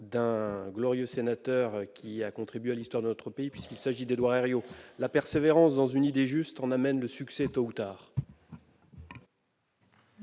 d'un glorieux sénateur qui a contribué à l'histoire de notre pays, Édouard Herriot :« La persévérance dans une idée juste en amène le succès tôt ou tard.